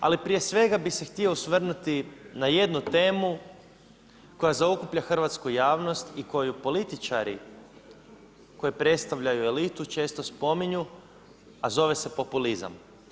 Ali prije svega bih se htio osvrnuti na jednu temu koja zaokuplja hrvatsku javnost i koju političari koji predstavljaju elitu često spominju, a zove se populizam.